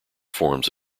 forms